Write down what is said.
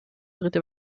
dritte